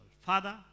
father